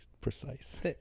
precise